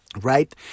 right